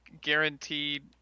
guaranteed